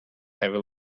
heavy